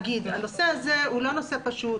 הנושא הזה הוא לא נושא פשוט.